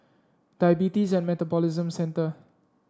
Diabetes and Metabolism Centre